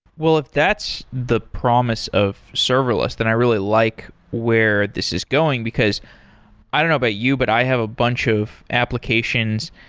well, if that's the promise of serverless, then i really like where this is going, because i don't know about you, but i have a bunch of applications,